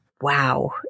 wow